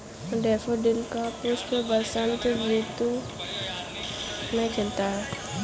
daffodil का पुष्प बसंत ऋतु में खिलता है